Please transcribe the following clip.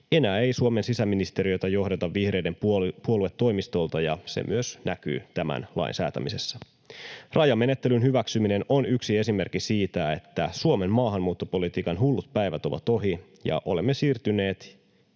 Enää ei Suomen sisäministeriötä johdeta vihreiden puoluetoimistolta, ja se myös näkyy tämän lain säätämisessä. Rajamenettelyn hyväksyminen on yksi esimerkki siitä, että Suomen maahanmuuttopolitiikan hullut päivät ovat ohi ja olemme siirtyneet